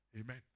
Amen